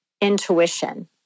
intuition